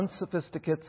unsophisticates